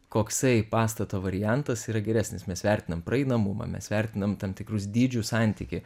koksai pastato variantas yra geresnis mes vertinam praeinamumą mes vertinam tam tikrus dydžių santykį